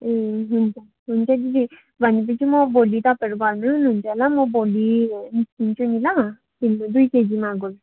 ए हुन्छ हुन्छ दिदी भनेपछि म भोलि तपाईँहरू घरमै हुनुहुन्छ होला म भोलि निस्किन्छु नि ल हुन्छ दुई केजी मागुर